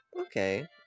Okay